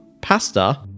Pasta